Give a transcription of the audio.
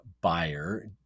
buyer